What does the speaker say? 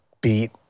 beat